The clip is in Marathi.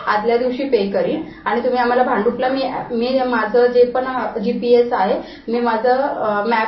आधल्या दिवशी पे करीन आणि तुम्ही आम्हाला भांडुपला मी मी माझं जे पण जी पी एस आहे मी माझं मॅप